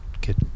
get